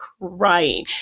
crying